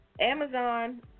Amazon